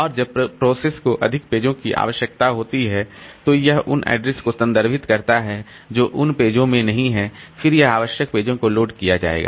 और जब प्रोसेस को अधिक पेजों की आवश्यकता होती है तो यह उन एड्रेस को संदर्भित करता है जो उन पेजों में नहीं हैं फिर यह आवश्यक पेजों को लोड किया जाएगा